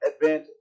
advantage